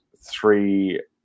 three